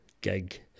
gig